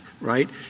right